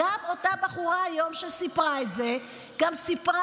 אותה בחורה שהיום סיפרה את זה גם סיפרה,